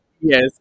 Yes